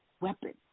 weapon